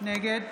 נגד